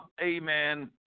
amen